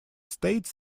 states